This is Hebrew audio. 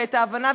ואת ההבנה,